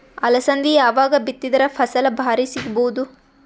ಅಲಸಂದಿ ಯಾವಾಗ ಬಿತ್ತಿದರ ಫಸಲ ಭಾರಿ ಸಿಗಭೂದು?